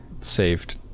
saved